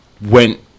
went